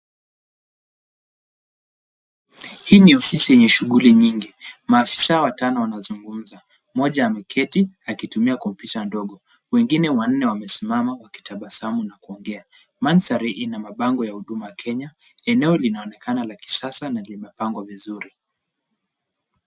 Hii ni ofisi yenye shughuli nyingi. Maafisa watano wanazungumza. Mmoja ameketi, akitumia computer ndogo. Wengine wanne wamesimama wakitabasamu na kuongea. Mandhari ina mabango ya Huduma Kenya, eneo linaonekana la kisasa na limepangwa vizuri.